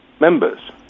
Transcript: members